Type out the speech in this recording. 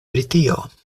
britio